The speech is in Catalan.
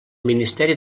ministeri